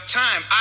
time